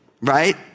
right